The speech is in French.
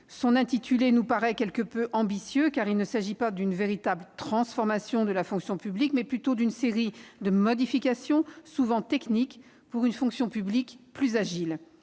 Son intitulé paraît quelque peu ambitieux, car il s'agit non d'une véritable transformation de la fonction publique, mais plutôt d'une série de modifications, souvent techniques, pour une fonction publique « plus agile